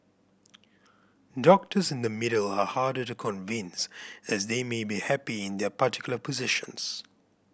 doctors in the middle are harder to convince as they may be happy in their particular positions